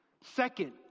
second